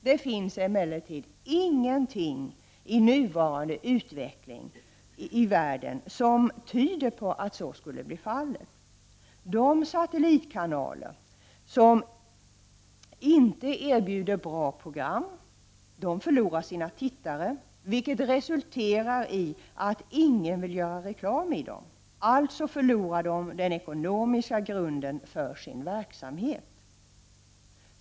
Det finns emellertid ingenting i nuvarande utveckling i världen som tyder på att så skulle bli fallet. De satellitkanaler som inte erbjuder bra program förlorar sina tittare, vilket resulterar i att ingen vill göra reklam i dem. Alltså förlorar de den ekonomiska grunden för sin verksamhet.